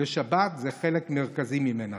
ושבת זה חלק מרכזי ממנה.